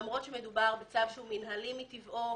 למרות שמדובר בצו שהוא מינהלי מטבעו,